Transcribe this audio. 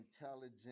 intelligent